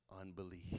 unbelief